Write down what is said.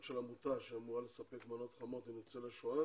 של עמותה שאמורה לספק מנות חמות לניצולי שואה